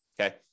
Okay